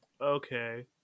okay